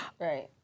Right